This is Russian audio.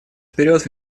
вперед